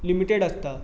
limited आसता